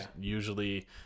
usually